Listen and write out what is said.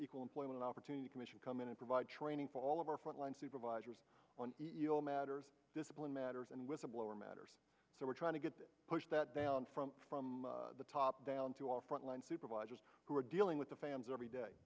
equal employment opportunity commission come in and provide training for all of our front line supervisors on eal matters discipline matters and with the blower matters so we're trying to get that push that down from from the top down to our frontline supervisors who are dealing with the fans every day